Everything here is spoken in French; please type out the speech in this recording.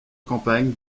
campagne